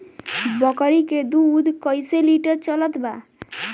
बकरी के दूध कइसे लिटर चलत बा?